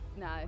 no